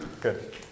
Good